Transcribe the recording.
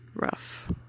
rough